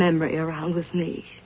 memory around with me